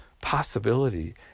possibility